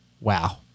wow